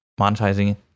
monetizing